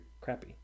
crappy